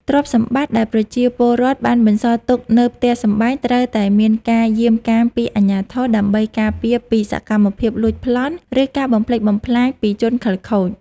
ទ្រព្យសម្បត្តិដែលប្រជាពលរដ្ឋបានបន្សល់ទុកនៅផ្ទះសម្បែងត្រូវតែមានការយាមកាមពីអាជ្ញាធរ ដើម្បីការពារពីសកម្មភាពលួចប្លន់ ឬការបំផ្លិចបំផ្លាញពីជនខិលខូច។